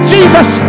Jesus